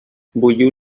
bulliu